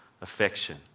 affection